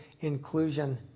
inclusion